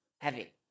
heavy